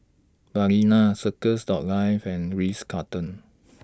Balina Circles Dot Life and Ritz Carlton